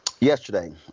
Yesterday